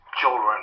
children